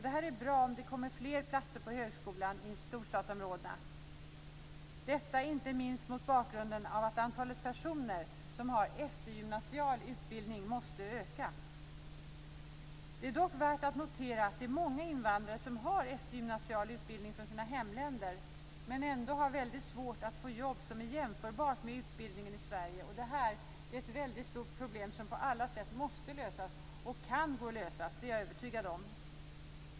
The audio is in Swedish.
Det är bra om det kommer fler platser på högskolan i storstadsområdena, inte minst mot bakgrund av att antalet personer som har eftergymnasial utbildning måste öka. Det är dock värt att notera att det är många invandrare som har eftergymnasial utbildning från sina hemländer men ändå har väldigt svårt att få jobb som motsvarar utbildningen i Sverige. Detta är ett mycket stort problem som på alla sätt måste lösas, och jag är övertygad om att det går att lösa.